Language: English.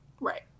Right